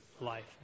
life